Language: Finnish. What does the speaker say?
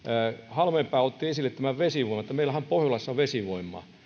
halmeenpää otti esille tämän vesivoiman että meillähän on pohjolassa vesivoimaa